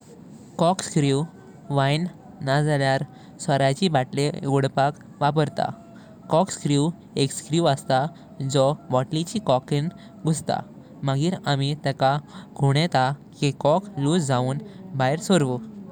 Corkscrew wine णळ्यार सोर्याची बाटली उगडपाक वापरता। कॉर्कस्क्रूवेण एक स्क्रू असता हो बॉटलीची कॉर्किन गुस्ता। मगिर आमी तेका गुवणेता की कॉर्क लूस जावून बाहेर सोरू।